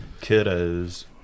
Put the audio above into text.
kiddos